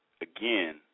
again